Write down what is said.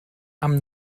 amb